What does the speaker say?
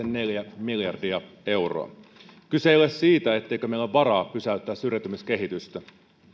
neljä miljardia euroa kyse ei ole siitä etteikö meillä ole varaa pysäyttää syrjäytymiskehitystä